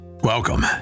Welcome